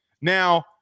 Now